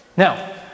Now